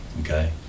Okay